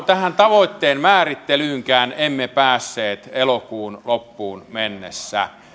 tähän tavoitteen määrittelyynkään emme päässeet elokuun loppuun mennessä